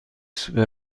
سوپر